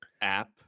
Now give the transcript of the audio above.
App